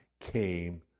came